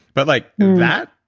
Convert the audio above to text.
but like that,